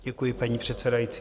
Děkuji, paní předsedající.